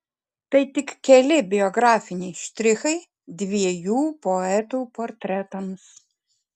tai tik keli biografiniai štrichai dviejų poetų portretams